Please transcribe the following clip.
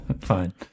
Fine